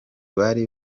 bari